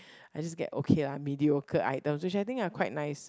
I just get okay ah mediocre items which I think are quite nice